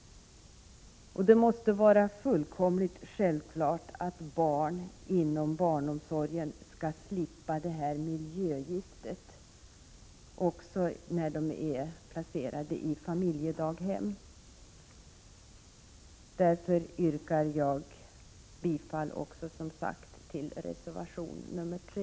Det måste vara fullkomligt självklart att barn inom barnomsorgen skall slippa detta miljögift även när de är placerade i familjedaghem. Därför yrkar jag återigen bifall till reservation 3.